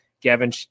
Gavin